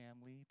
family